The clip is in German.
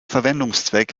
verwendungszweck